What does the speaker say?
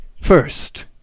First